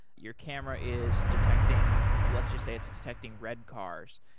your camera is detecting, let's just say, it's detecting red cars,